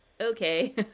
okay